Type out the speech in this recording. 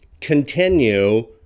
continue